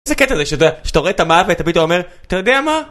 איזה קטע זה שאתה רואה את המעמ ואתה פתאום אומר אתה יודע מה?